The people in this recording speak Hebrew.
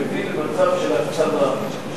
מביא למצב של הקצנה,